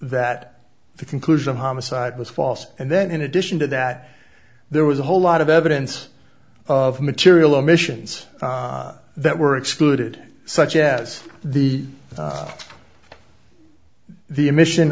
the conclusion of homicide was false and then in addition to that there was a whole lot of evidence of material omissions that were excluded such as the the admission